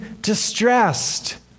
distressed